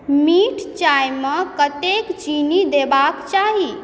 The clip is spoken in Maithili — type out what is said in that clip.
मीठ चायमे कतेक चीनी देबाक चाही